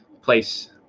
place